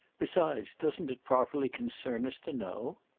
besides, doesn't it properly concern us to know?